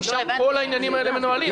כי שם כל העניינים האלה מנוהלים.